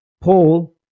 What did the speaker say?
Paul